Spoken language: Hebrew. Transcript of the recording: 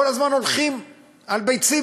כל הזמן הולכים על ביצים.